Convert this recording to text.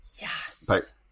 Yes